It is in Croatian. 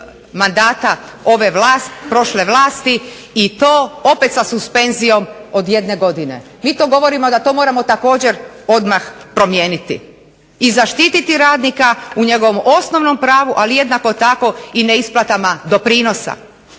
mandata prošle vlasti i to opet sa suspenzijom od jedne godine. Mi to govorimo da to moramo također odmah promijeniti i zaštiti radnika u njegovom osnovnom pravu, ali jednako tako i neisplatama doprinosa.